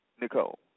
Nicole